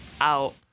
out